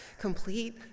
Complete